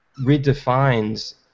redefines